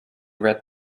red